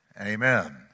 Amen